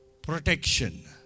Protection